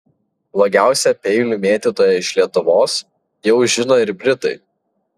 blogiausią peilių mėtytoją iš lietuvos jau žino ir britai